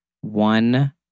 One